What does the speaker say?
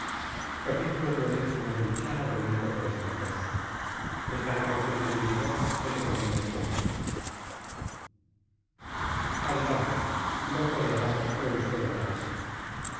adelante loco de amor fue usted a parís